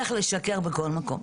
איך לשקר בכל מקום.